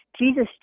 Jesus